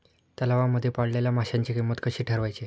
तलावांमध्ये पाळलेल्या माशांची किंमत कशी ठरवायची?